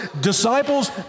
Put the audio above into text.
Disciples